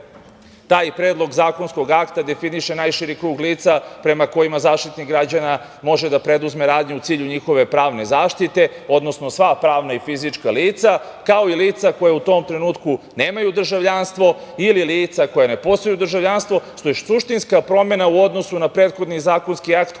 taj predlog zakonskog akta definiše najširi krug lica prema kojima Zaštitnik građana može da preduzme radnju u cilju njihove pravne zaštite, odnosno sva pravna i fizička lica, kao i lica koja u tom trenutku nemaju državljanstvo ili lica koja ne poseduju državljanstvo, što je suštinska promena u odnosu na prethodni zakonski akt